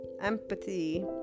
empathy